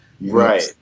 right